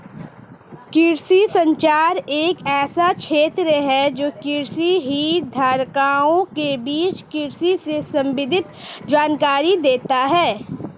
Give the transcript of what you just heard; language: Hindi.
कृषि संचार एक ऐसा क्षेत्र है जो कृषि हितधारकों के बीच कृषि से संबंधित जानकारी देता है